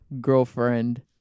girlfriend